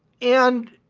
and,